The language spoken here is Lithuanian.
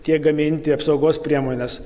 tiek gaminti apsaugos priemones